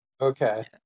okay